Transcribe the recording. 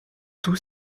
tout